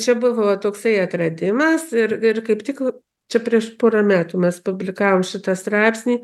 čia buvo toksai atradimas ir ir kaip tik čia prieš porą metų mes publikavom šitą straipsnį